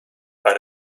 but